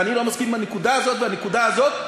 ואני לא מסכים עם הנקודה הזאת והנקודה הזאת.